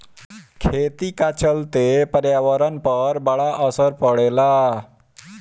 खेती का चलते पर्यावरण पर बड़ा असर पड़ेला